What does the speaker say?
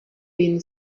been